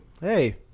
Hey